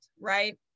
right